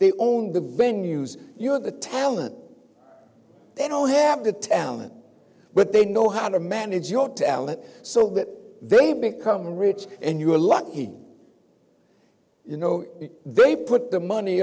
they own the benyus you have the talent they don't have the talent but they know how to manage your talent so that they become rich and you were lucky you know they put the money